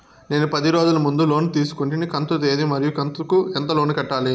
నేను పది రోజుల ముందు లోను తీసుకొంటిని కంతు తేది మరియు కంతు కు ఎంత లోను కట్టాలి?